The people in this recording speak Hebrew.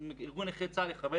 גדולות האם מה שאתה אומר עכשיו יכול,